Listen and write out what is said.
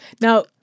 Now